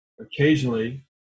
occasionally